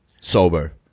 sober